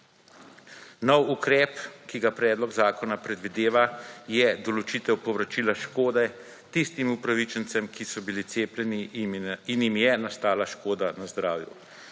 Nov ukrep, ki ga predlog zakona predvideva, je določitev povračila škode tistim upravičencem, ki so bili cepljeni in jim je nastala škoda na zdravju.